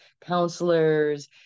counselors